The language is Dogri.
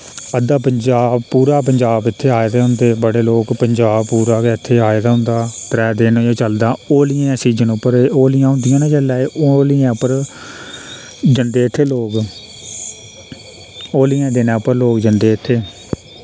अद्धा पंजाब पूरा पंजाब इत्थै आए दे होंदे बड़े लोक पंजाब पूरा गै इत्थै आए दा होंदा त्रै दिन गै चलदा होलियें सीजन उप्पर होलियां होंदी ना जिल्लै एह् होलियें उप्पर जन्दे इत्थै लोक होलियें दिनें उप्पर लोक जन्दे इत्थे